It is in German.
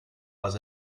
was